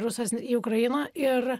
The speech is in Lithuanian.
rusas į ukrainą ir